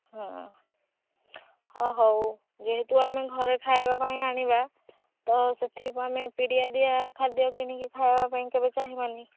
ହଁ ହଁ ହଉ ଯେହେତୁ ଆମେ ଘରେ ଖାଇବା ପାଇଁ ଆଣିବା ତ ସେଥିପାଇଁ ଆମେ ପିଡ଼ିଆଦିଆ ଖାଦ୍ୟ କିଣିକି ଖାଇବା ପାଇଁ କେବେ ଚାହିଁବାନି